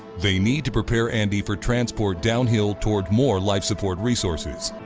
they need to prepare andy for transport downhill toward more life support resources.